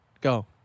Go